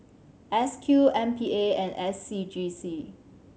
S Q M P A and S C G C